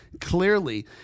clearly